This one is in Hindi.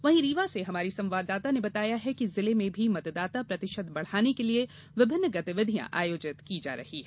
वहीं रीवा से हमारी संवाददाता ने बताया है कि जिले में भी मतदाता प्रतिशत बढ़ाने के लिए विभिन्न गतिविधियां आयोजित की जा रही है